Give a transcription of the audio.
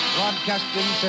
Broadcasting